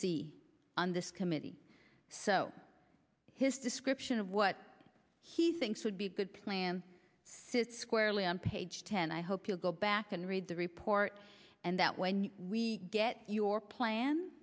see on this committee so his description of what he thinks would be a good plan says squarely on page ten i hope you'll go back and read the report and that when we get your plan